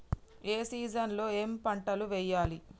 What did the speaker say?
ఏ season లో ఏం పంటలు వెయ్యాలి?